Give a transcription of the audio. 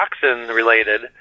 toxin-related